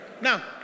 Now